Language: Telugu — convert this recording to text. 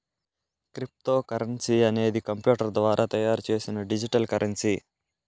క్రిప్తోకరెన్సీ అనేది కంప్యూటర్ ద్వారా తయారు చేసిన డిజిటల్ కరెన్సీ